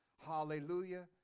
Hallelujah